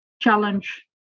challenge